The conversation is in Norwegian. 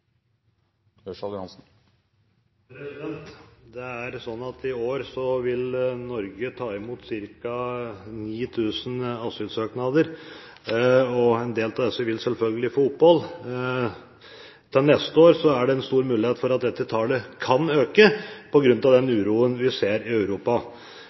I år vil Norge ta imot ca. 9 000 asylsøknader, og en del asylsøkere vil selvfølgelig få opphold. Til neste år er det en stor mulighet for at dette tallet kan øke på grunn av den uroen vi ser i Europa.